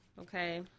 okay